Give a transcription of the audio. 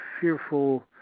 fearful